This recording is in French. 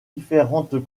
différentes